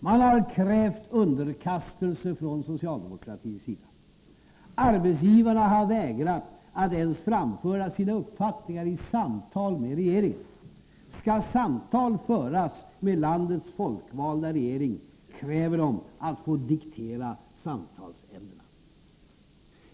Man har krävt underkastelse från socialdemokratins sida. Arbetsgivarna har vägrat att ens framföra sina uppfattningar i samtal med regeringen. Skall samtal föras med landets folkvalda regering, kräver de att få diktera samtalsämnena.